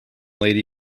lady